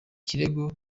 kirego